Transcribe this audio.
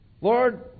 Lord